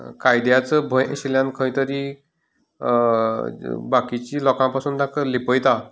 कायद्याचो भंय आशिल्ल्यान खंयतरी बाकीची लोकां पसून ताका लिपयता